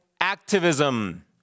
activism